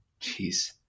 Jeez